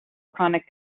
chronic